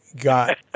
got